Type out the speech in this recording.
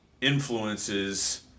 influences